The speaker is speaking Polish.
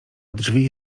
drzwi